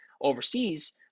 overseas